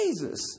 Jesus